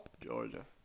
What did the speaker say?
Georgia